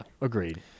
agreed